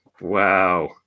wow